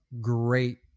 great